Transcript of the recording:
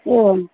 एवं